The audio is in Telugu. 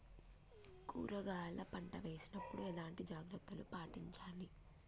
కూరగాయల పంట వేసినప్పుడు ఎలాంటి జాగ్రత్తలు పాటించాలి?